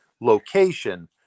location